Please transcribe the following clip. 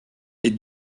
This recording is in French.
est